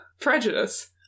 prejudice